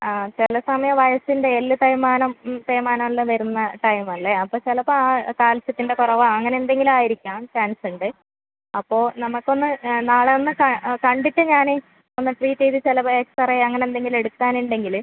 ആ ചില സമയം വയസ്സിൻ്റെ എല്ല് തേയ്മാനം തേയ്മാനം എല്ലാം വരുന്ന ടൈമല്ലേ അപ്പോൾ ചിലപ്പോൾ ആ കാൽസ്യത്തിൻ്റെ കുറവാണ് അങ്ങനെ എന്തെങ്കിലും ആയിരിക്കാൻ ചാൻസ് ഉണ്ട് അപ്പോൾ നമ്മൾക്ക് ഒന്ന് നാളെ ഒന്ന് കണ്ടിട്ട് ഞാൻ ഒന്ന് ട്രീറ്റ് ചെയ്ത് ചിലപ്പോൾ എക്സ്റേ അങ്ങനെ എന്തെങ്കിലും എടുക്കാൻ ഉണ്ടെങ്കിൽ